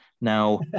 now